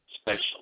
special